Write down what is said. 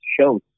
show